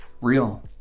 real